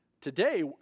today